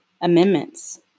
amendments